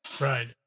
Right